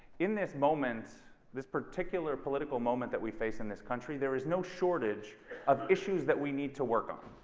in this moment, this particular political moment that we face in this country there is no shortage of issues that we need to work on.